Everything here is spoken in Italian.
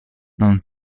non